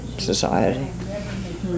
society